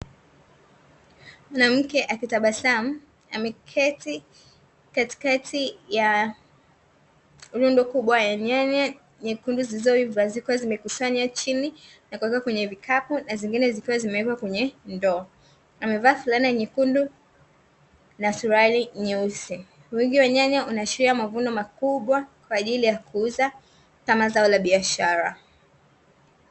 Mwanamke akitabasamu, ameketi katikati ya rundo kubwa la nyanya nyekundu zilizoiva, zikiwa zimekusanywa chini na kuwekwa kwenye vikapu na zingine zikiwa zimewekwa kwenye ndoo, amevaa flana nyekundu na suruali nyeusi, wingi wa nyanya unaashiria mavuno makubwa kwa ajili ya kuuza kama zao la biashara.